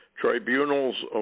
Tribunals